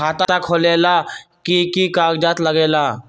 खाता खोलेला कि कि कागज़ात लगेला?